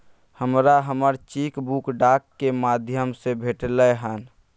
हमरा हमर cheque book डाक के माध्यम से भेटलय हन